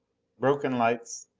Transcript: broken lights.